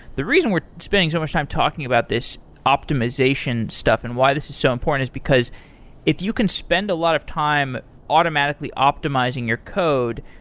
the reason we're spending so much time talking about this optimization stuff and why this is so important is because if you can spend a lot of time automatically optimizing your code,